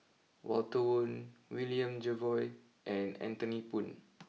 Walter Woon William Jervois and Anthony Poon